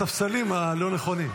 אבל זה בספסלים הלא-נכונים.